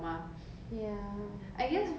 solution uh not solution [one] uh